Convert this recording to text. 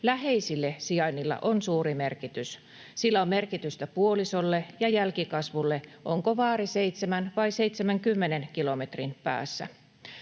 Läheisille sijainnilla on suuri merkitys. Sillä on merkitystä puolisolle ja jälkikasvulle, onko vaari 7 vai 70 kilometrin päässä.